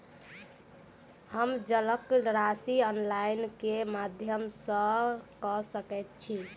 हम जलक राशि ऑनलाइन केँ माध्यम सँ कऽ सकैत छी?